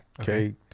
Okay